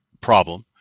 problem